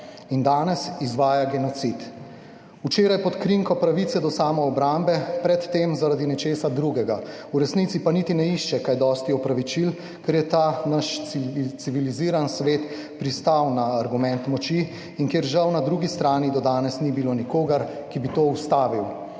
In danes izvaja genocid. Včeraj pod krinko pravice do samoobrambe, pred tem zaradi nečesa drugega, v resnici pa niti ne išče kaj dosti opravičil, ker je ta naš civiliziran svet pristal na argument moči. Žal na drugi strani do danes ni bilo nikogar, ki bi to ustavil.